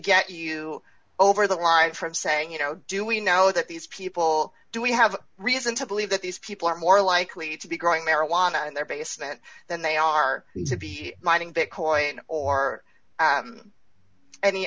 get you over the line from saying you know do we know that these people do we have reason to believe that these people are more likely to be growing marijuana in their basement than they are these to be minding that coin or